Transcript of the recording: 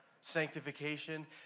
sanctification